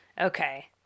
Okay